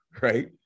right